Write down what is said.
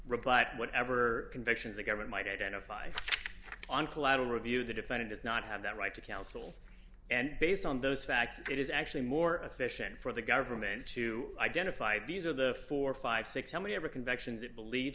rebut whatever convictions the government might identify on collateral review the defendant does not have that right to counsel and based on those facts it is actually more efficient for the government to identify these are the four hundred and fifty six how many ever convictions it believe